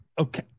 Okay